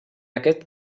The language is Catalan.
aquest